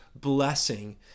blessing